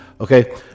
okay